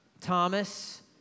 Thomas